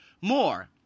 more